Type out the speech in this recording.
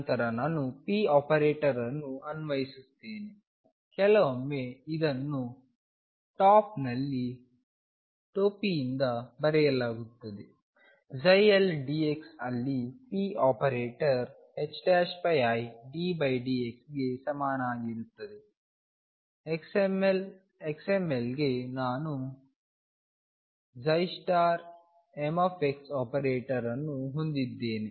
ನಂತರ ನಾನು p operator ಅನ್ನು ಅನ್ವಯಿಸುತ್ತೇನೆ ಕೆಲವೊಮ್ಮೆ ಇದನ್ನು ಟಾಪ್ ನಲ್ಲಿ ಟೋಪಿಯಿಂದ ಬರೆಯಲಾಗುತ್ತದೆ ldx ಅಲ್ಲಿ p ಆಪರೇಟರ್ iddx ಗೆ ಸಮಾನವಾಗಿರುತ್ತದೆ xml xmlಗೆ ನಾನು m ಆಪರೇಟರ್ ಅನ್ನು ಹೊಂದಿದ್ದೇನೆ